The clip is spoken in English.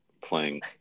playing